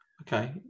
Okay